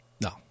No